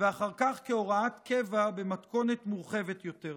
ואחר כך כהוראת קבע במתכונת מורחבת יותר.